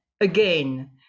again